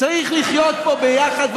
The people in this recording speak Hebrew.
צריך לחיות פה ביחד,